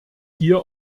hier